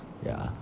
yeah